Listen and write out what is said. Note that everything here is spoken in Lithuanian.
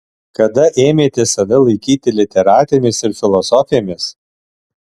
kada ėmėte save laikyti literatėmis ir filosofėmis